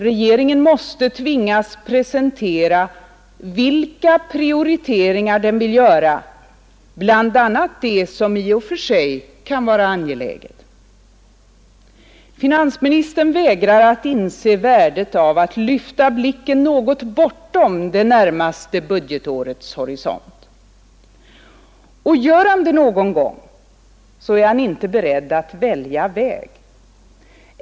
Regeringen måste tvingas presentera vilka prioriteringar den vill göra bland allt det som i och för sig kan vara angeläget. Finansministern vägrar att inse värdet av att lyfta blicken något bortom det närmaste budgetårets horisont. Och gör han det någon gång är han inte beredd att välja väg.